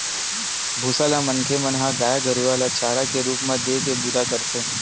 भूसा ल मनखे मन ह गाय गरुवा ल चारा के रुप म देय के बूता करथे